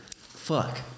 fuck